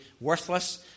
worthless